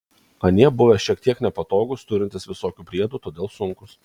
anie buvę šiek tiek nepatogūs turintys visokių priedų todėl sunkūs